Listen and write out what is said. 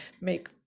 make